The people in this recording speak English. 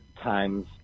times